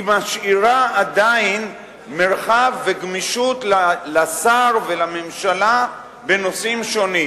משאירה עדיין מרחב וגמישות לשר ולממשלה בנושאים שונים.